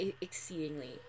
exceedingly